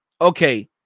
okay